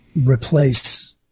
replace